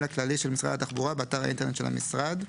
הכללי של משרד התחבורה באתר האינטרנט של המשרד,